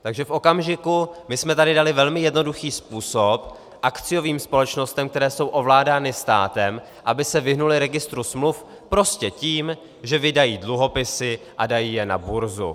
Takže v okamžiku jsme tady dali velmi jednoduchý způsob akciovým společnostem, které jsou ovládány státem, aby se vyhnuly registru smluv prostě tím, že vydají dluhopisy a dají je na burzu.